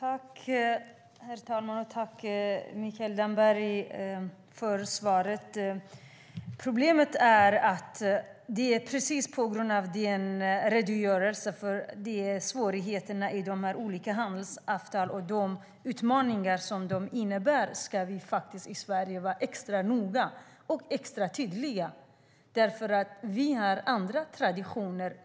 Herr talman! Jag tackar Mikael Damberg för svaret. Problemet är att det är precis på grund av hans redogörelse för svårigheterna i de olika handelsavtalen och de utmaningar de innebär som vi i Sverige faktiskt ska vara extra noggranna och extra tydliga. Vi har nämligen andra traditioner.